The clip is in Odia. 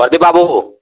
ପ୍ରଦୀପ୍ ବାବୁ